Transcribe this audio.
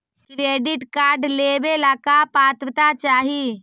Credit card लेवेला का पात्रता चाही?